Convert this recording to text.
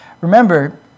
Remember